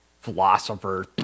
philosopher